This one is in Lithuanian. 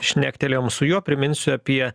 šnektelėjom su juo priminsiu apie